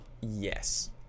Yes